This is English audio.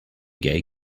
gay